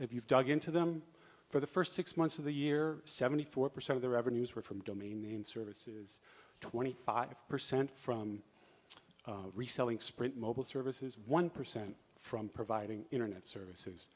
if you've dug into them for the first six months of the year seventy four percent of the revenues were from domain services twenty five percent from reselling sprint mobile services one percent from providing internet services